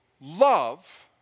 love